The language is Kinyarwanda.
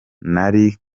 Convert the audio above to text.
ntari